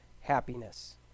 happiness